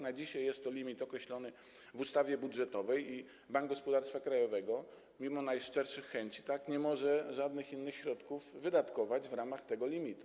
Na dzisiaj jest to limit określony w ustawie budżetowej i Bank Gospodarstwa Krajowego mimo najszczerszych chęci nie może żadnych innych środków wydatkować w ramach tego limitu.